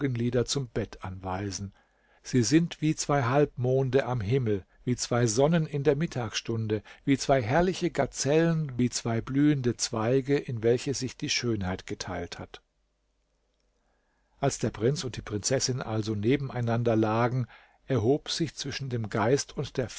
zum bett anweisen sie sind wie zwei halbmonde am himmel wie zwei sonnen in der mittagsstunde wie zwei herrliche gazellen wie zwei blühende zweige in welche sich die schönheit geteilt hat als der prinz und die prinzessin also neben einander lagen erhob sich zwischen dem geist und der